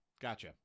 Gotcha